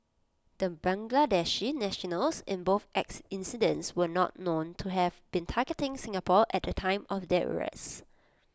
the Bangladeshi nationals in both ex incidents were not known to have been targeting Singapore at the time of their rests